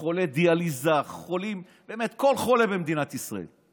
חולי דיאליזה, באמת, כל חולה במדינת ישראל,